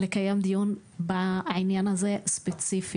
לקיים דיון בעניין הזה ספציפית,